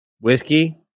whiskey